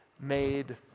made